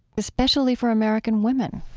especially for american women